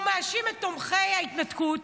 הוא מאשים את תומכי ההתנתקות.